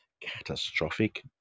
catastrophic